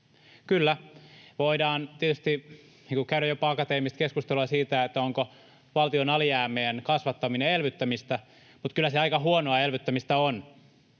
Kyllä, voidaan tietysti käydä jopa akateemista keskustelua siitä, onko valtion alijäämien kasvattaminen elvyttämistä, mutta kyllä se aika huonoa elvyttämistä on,